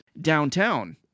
downtown